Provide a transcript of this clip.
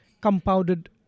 compounded